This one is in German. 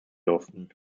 durften